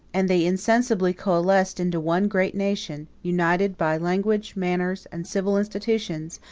and they insensibly coalesced into one great nation, united by language, manners, and civil institutions,